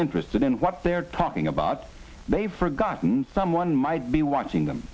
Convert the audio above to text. interested in what they're talking about they've forgotten someone might be watching them